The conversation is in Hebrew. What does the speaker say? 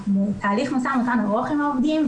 אנחנו בתהליך משא ומתן ארוך עם העובדים.